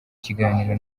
kiganiro